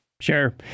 Sure